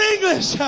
English